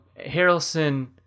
Harrelson